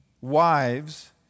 Wives